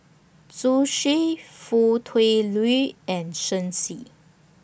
Zhu Xu Foo Tui Liew and Shen Xi